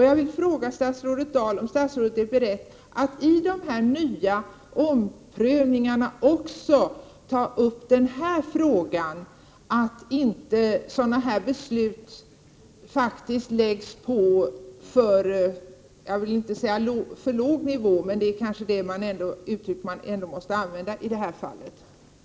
Jag vill fråga statsrådet Dahl om statsrådet är beredd att vid omprövningen också ta upp den frågan, så att sådana beslut inte läggs på för låg nivå — jag vill helst inte använda det uttrycket, men det är kanske ändå det som är det riktiga i det här sammanhanget.